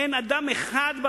אין אדם אחד בעולם,